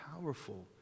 powerful